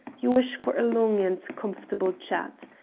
you wish for a long and comfortable chat.